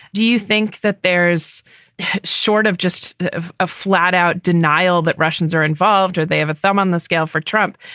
do you think that there's sort of just a flat out denial that russians are involved or they have a thumb on the scale for trump?